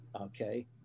okay